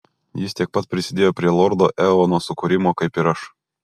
jis tiek pat prisidėjo prie lordo eono sukūrimo kaip ir aš